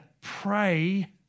pray